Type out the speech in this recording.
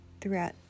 throughout